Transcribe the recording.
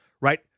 right